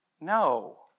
No